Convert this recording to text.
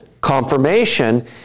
confirmation